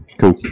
Cool